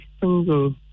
single